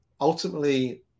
Ultimately